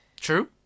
True